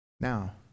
now